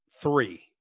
three